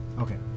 Okay